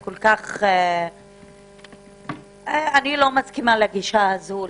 אני כל כך לא מסכימה לגישה הזו.